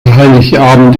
heiligabend